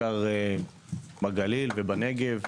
בעיקר בגליל ובנגב,